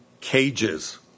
cages